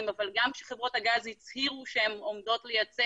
אבל גם כשחברות הגז הצהירו שהן עומדות לייצא